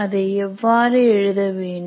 அதை எவ்வாறு எழுத வேண்டும்